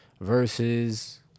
versus